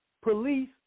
police